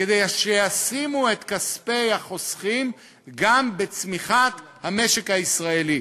כדי שישימו את כספי החוסכים גם בצמיחת המשק הישראלי.